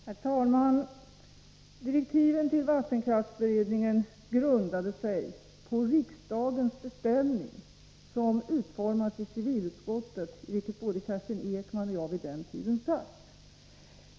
Herr talman! Direktiven till vattenkraftberedningen grundade sig på riksdagens beställning, som utformades i civilutskottet, där både Kerstin Ekman och jag på den tiden satt.